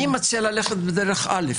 אני מציע ללכת בדרך א'.